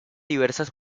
diversas